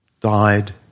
died